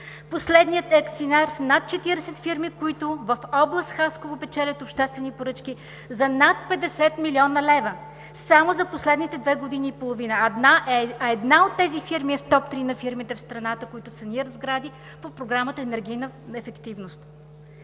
Последният е акционер в над 40 фирми, които в област Хасково печелят обществени поръчки за над 50 млн. лв., само за последните две години и половина. Една от тези фирми е в топ три на фирмите в страната, които санират сгради по програмата „Енергийна ефективност“.